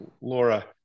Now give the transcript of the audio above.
Laura